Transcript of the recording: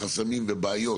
חסמים ובעיות,